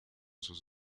sus